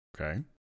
Okay